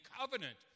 covenant